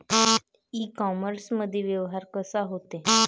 इ कामर्समंदी व्यवहार कसा होते?